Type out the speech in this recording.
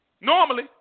Normally